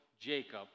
Jacob